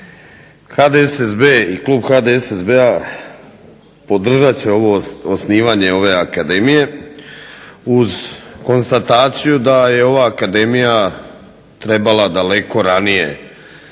HDSSB i klub HDSSB-a podržat će osnivanje ove akademije uz konstataciju da je ova akademija trebala daleko ranije biti